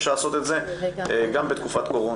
אפשר לעשות את זה גם בתקופת קורונה.